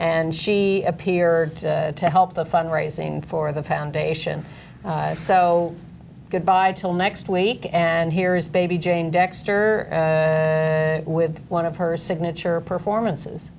and she appeared to help the fund raising for the foundation so good bye till next week and here is baby jane dexter with one of her signature performances